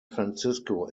francisco